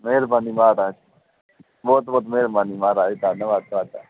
ਮਿਹਰਬਾਨੀ ਮਹਾਰਾਜ ਬਹੁਤ ਬਹੁਤ ਮਿਹਰਬਾਨੀ ਮਹਾਰਾਜ ਧੰਨਵਾਦ ਤੁਹਾਡਾ